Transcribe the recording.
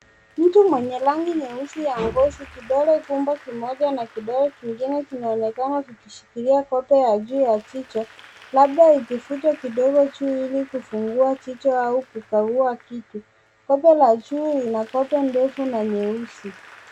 Mtu mwenye rangi nyeusi ya ngozi, kidole gumba kimoja na kidole kingine kinaonekana vikishikilia kope ya juu ya jicho, labda ikivutwa kidogo juu ili kufungua jicho au kukagua kitu . Kope la juu lina kope ndefu na nyeusi.